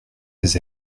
ses